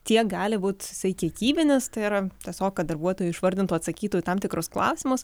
tiek gali būti jisai kiekybinis tai yra tiesiog kad darbuotojai išvardintų atsakytų į tam tikrus klausimus